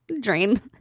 drain